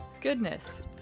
goodness